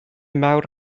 mawr